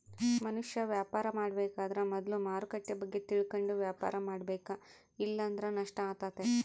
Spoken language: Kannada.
ಮನುಷ್ಯ ವ್ಯಾಪಾರ ಮಾಡಬೇಕಾದ್ರ ಮೊದ್ಲು ಮಾರುಕಟ್ಟೆ ಬಗ್ಗೆ ತಿಳಕಂಡು ವ್ಯಾಪಾರ ಮಾಡಬೇಕ ಇಲ್ಲಂದ್ರ ನಷ್ಟ ಆತತೆ